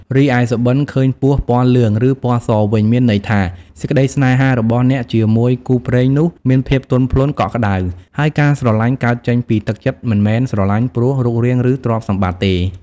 រីឯសុបិនឃើញពស់ពណ៌លឿង ឬ ពណ៌សវិញមានន័យថា សេចក្តីសេ្នហារបស់អ្នកជាមួយគូព្រេងនោះមានភាពទន់ភ្លន់ កក់ក្តៅ ហើយការស្រលាញ់កើតចេញពីទឹកចិត្តមិនមែនស្រលាញ់ព្រោះរូបរាង ឬ ទ្រព្យសម្បតិ្ត ទេ។